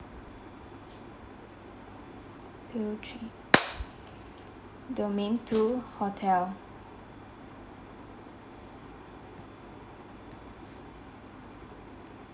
two three domain two hotel